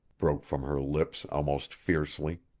broke from her lips almost fiercely.